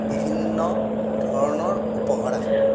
বিভিন্ন ধৰণৰ উপকাৰ আহে